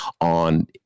on